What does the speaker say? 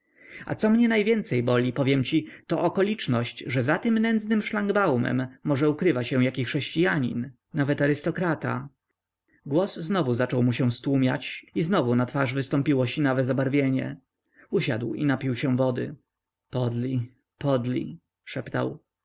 a co mnie najwięcej boli powiem ci to okoliczność że za tym nędznym szlangbaumem może ukrywa się jaki chrześcianin nawet arystokrata głos znowu zaczął mu się stłumiać i znowu na twarz wystąpiło sinawe zabarwienie usiadł i napił się wody podli podli szeptał